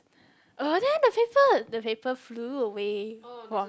uh then the paper the paper flew away was